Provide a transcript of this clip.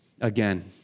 Again